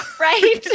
Right